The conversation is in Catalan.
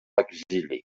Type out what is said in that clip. exili